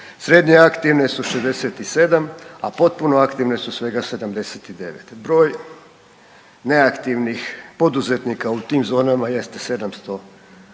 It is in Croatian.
srednje aktivne su 76, a potpuno aktivne su svega 79%. broj neaktivnih poduzetnika u tim zonama jeste 726,